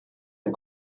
der